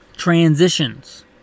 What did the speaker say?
Transitions